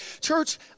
church